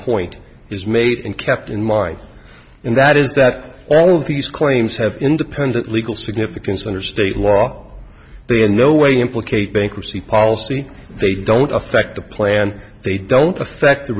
point is made and kept in mind and that is that all of these claims have independent legal significance under state law they in no way implicate bankruptcy policy they don't affect the plan they don't affect the